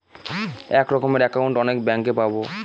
এক রকমের একাউন্ট অনেক ব্যাঙ্কে পাবো